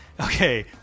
Okay